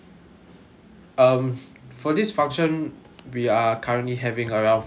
um for this function we are currently having around fifty people